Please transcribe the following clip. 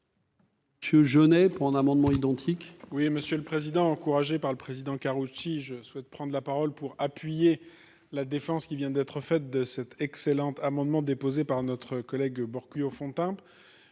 Mathieu Genêt pour un amendement identique. Oui, Monsieur le Président, encouragée par le président Karoutchi je souhaite prendre la parole pour appuyer la défense qui vient d'être faite de cet excellent amendement déposé par notre collègue Boccuillaut Fontimp